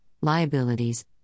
liabilities